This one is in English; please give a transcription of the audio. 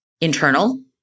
internal